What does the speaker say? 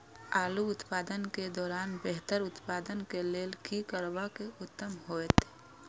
आलू उत्पादन के दौरान बेहतर उत्पादन के लेल की करबाक उत्तम होयत?